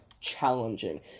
challenging